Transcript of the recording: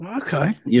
okay